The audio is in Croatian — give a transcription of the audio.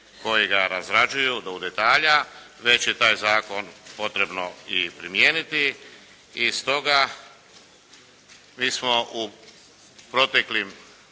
koji ga razrađuju do u detalja, već je taj zakon potrebno i primijeniti. I stoga mi smo u proteklom